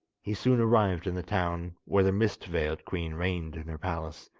he soon arrived in the town where the mist-veiled queen reigned in her palace,